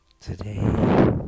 Today